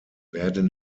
werden